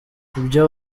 ibyo